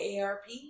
ARP